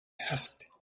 asked